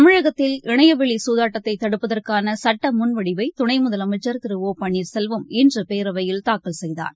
தமிழகத்தில் இணையவெளிசூதாட்டத்தைதடுப்பதற்காளசுட்டமுள் வடிவைதுணைமுதலமைச்சர் திரு ஒ பன்னீர்செல்வம் இன்றுபேரவையில் தாக்கல் செய்தார்